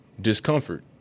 Discomfort